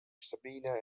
sabina